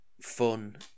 fun